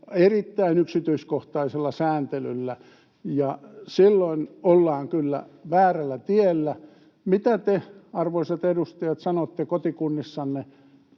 erittäin yksityiskohtaisella sääntelyllä, ja silloin ollaan kyllä väärällä tiellä. Mitä te, arvoisat edustajat, sanotte kotikunnissanne,